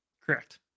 Correct